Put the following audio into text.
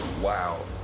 Wow